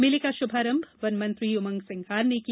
मेले का शुभारंभ वन मंत्री उमंग सिंगार ने किया